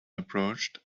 approached